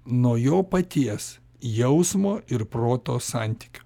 nuo jo paties jausmo ir proto santykių